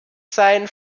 sein